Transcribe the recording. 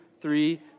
three